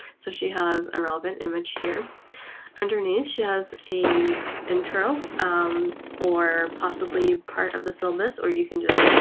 so she has a relevant image here underneath she has a intro or possibly part of the syllabus or you can just